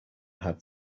had